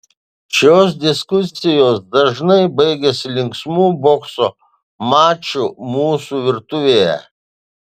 šios diskusijos dažnai baigiasi linksmu bokso maču mūsų virtuvėje